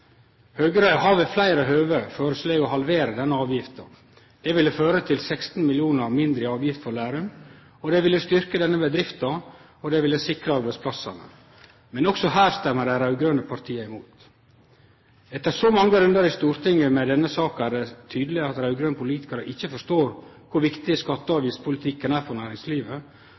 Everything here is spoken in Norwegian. Høgre har ved fleire høve føreslege å halvere denne avgifta. Det ville føre til 16 mill. kr mindre i avgift for Lerum, og det ville styrkt denne bedrifta og sikre arbeidsplassane. Men også her stemmer dei raud-grøne partia imot. Etter så mange rundar i Stortinget med denne saka er det tydeleg at raud-grøne politikarar ikkje forstår kor viktig skatte- og avgiftspolitikken er for næringslivet,